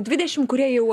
dvidešim kurie jau